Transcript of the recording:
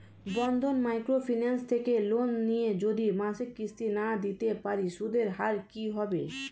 বন্ধন micro finance থেকে loan নিয়ে যদি মাসিক কিস্তি না দিতে পারি সুদের হার কি হবে?